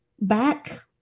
back